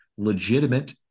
legitimate